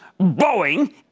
Boeing